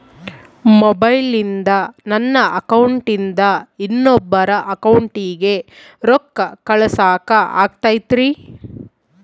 ಮೊಬೈಲಿಂದ ನನ್ನ ಅಕೌಂಟಿಂದ ಇನ್ನೊಬ್ಬರ ಅಕೌಂಟಿಗೆ ರೊಕ್ಕ ಕಳಸಾಕ ಆಗ್ತೈತ್ರಿ?